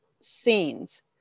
scenes